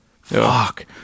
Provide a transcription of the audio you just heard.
fuck